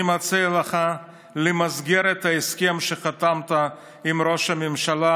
אני מציע לך למסגר את ההסכם שחתמת עם ראש הממשלה.